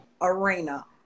arena